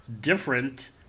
different